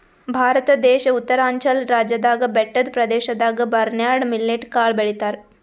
ಭಾರತ ದೇಶ್ ಉತ್ತರಾಂಚಲ್ ರಾಜ್ಯದಾಗ್ ಬೆಟ್ಟದ್ ಪ್ರದೇಶದಾಗ್ ಬರ್ನ್ಯಾರ್ಡ್ ಮಿಲ್ಲೆಟ್ ಕಾಳ್ ಬೆಳಿತಾರ್